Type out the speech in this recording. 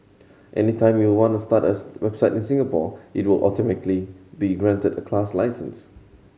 anytime you want start a website in Singapore it will automatically be granted a class license